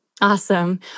Awesome